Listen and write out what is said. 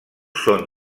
són